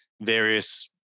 various